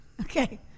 Okay